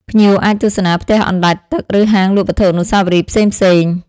ភ្ញៀវអាចទស្សនាផ្ទះអណ្ដែតទឹក ឬហាងលក់វត្ថុអនុស្សាវរីយ៍ផ្សេងៗ។